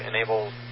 enable